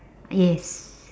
yes